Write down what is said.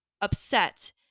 upset